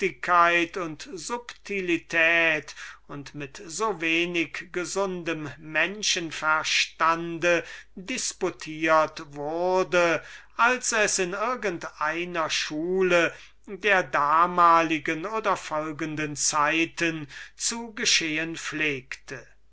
subtilität und so wenig gesunder vernunft disputiert wurde als es in irgend einer schule der weisheit der damaligen zeiten zu geschehen pflegte